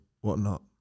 whatnot